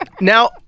Now